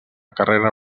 carrera